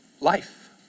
Life